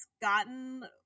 gotten